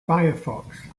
firefox